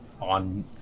on